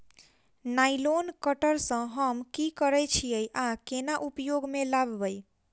Nylon cutter सँ हम की करै छीयै आ केना उपयोग म लाबबै?